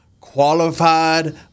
qualified